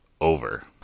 over